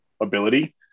ability